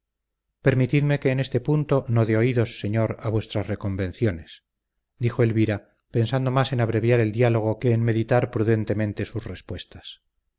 permitidme que en ese punto no dé oídos señor a vuestras reconvenciones dijo elvira pensando más en abreviar el diálogo que en meditar prudentemente sus respuestas